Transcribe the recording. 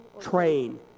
Train